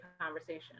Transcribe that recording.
conversation